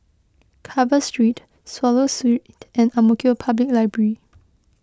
Carver Street Swallow Street and Ang Mo Kio Public Library